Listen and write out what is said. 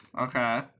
Okay